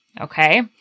Okay